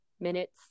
minutes